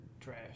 trash